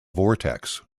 vortex